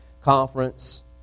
conference